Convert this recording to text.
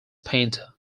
painter